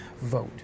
vote